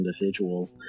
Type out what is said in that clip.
individual